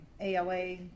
ALA